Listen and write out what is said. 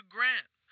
Grant